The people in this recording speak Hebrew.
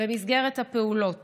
במסגרת הפעולות